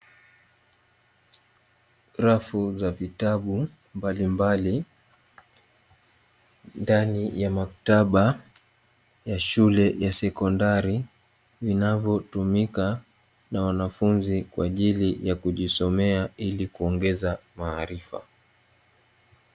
Rafu za vitabu mbalimbali ndani ya maktaba ya shule ya sekondari, vinavyotumika na wanafunzi kwa ajili ya kujisomea ili kuongeza maarifa.